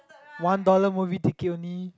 one dollar movie ticket only